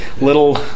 Little